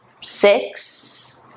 six